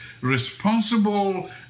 responsible